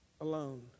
alone